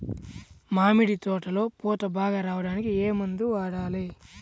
మామిడి తోటలో పూత బాగా రావడానికి ఏ మందు వాడాలి?